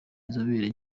inzobere